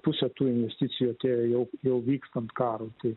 pusė tų investicijų atėjo jau jau vykstant karui tai